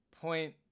point